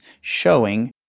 showing